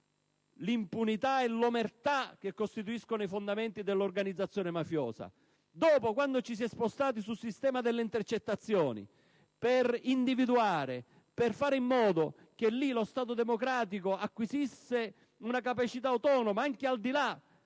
l'impunità e l'omertà che costituiscono i fondamenti dell'organizzazione mafiosa; dopo, quando ci si sposta sul sistema delle intercettazioni per individuare, per fare in modo che lo Stato democratico acquisisca una capacità autonoma anche al di là